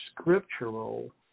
scriptural